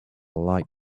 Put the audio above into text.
light